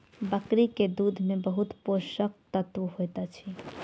बकरी के दूध में बहुत पोषक तत्व होइत अछि